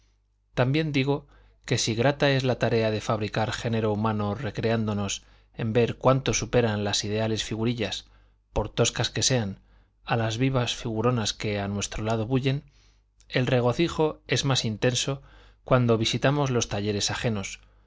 también digo que si grata es la tarea de fabricar género humano recreándonos en ver cuánto superan las ideales figurillas por toscas que sean a las vivas figuronas que a nuestro lado bullen el regocijo es más intenso cuando visitamos los talleres ajenos